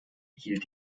hielt